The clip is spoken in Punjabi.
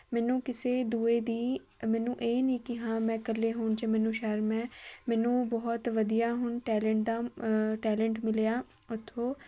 ਮੈਨੂੰ ਕਿਸੇ ਦੂਜੇ ਦੀ ਮੈਨੂੰ ਇਹ ਨਹੀਂ ਕਿ ਹਾਂ ਮੈਂ ਇਕੱਲੇ ਹੋਣ 'ਚ ਮੈਨੂੰ ਸ਼ਰਮ ਹੈ ਮੈਨੂੰ ਬਹੁਤ ਵਧੀਆ ਹੁਣ ਟੈਲੈਂਟ ਦਾ ਟੈਲੈਂਟ ਮਿਲਿਆ ਉੱਥੋਂ